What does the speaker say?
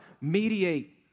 Mediate